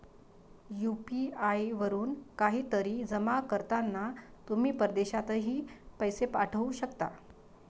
UPI वरून काहीतरी जमा करताना तुम्ही परदेशातही पैसे पाठवू शकता